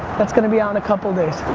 that's going to be on a couple of days.